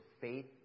faith